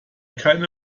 keine